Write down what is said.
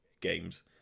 games